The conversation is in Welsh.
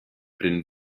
bryn